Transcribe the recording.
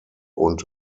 und